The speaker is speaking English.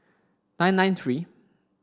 nine nine three